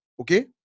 Okay